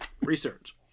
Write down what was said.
research